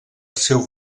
seu